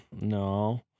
No